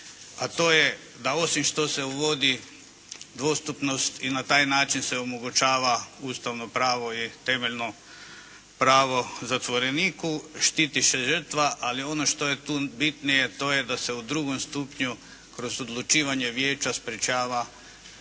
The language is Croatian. a to je da osim što se uvodi dvostupnost i na taj način se omogućava ustavno pravo i temeljno pravo zatvoreniku, štiti se žrtva, ali ono što je tu bitnije to je da se u drugom stupnju kroz odlučivanje Vijeća sprječava pogrešna